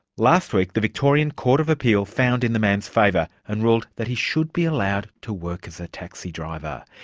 last week the victorian court of appeal found in the man's favour and ruled that he should be allowed to work as a taxi driver.